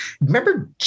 remember